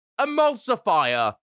Emulsifier